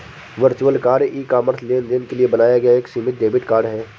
virtual card e commerce लेनदेन के लिए बनाया गया एक सीमित डेबिट कार्ड है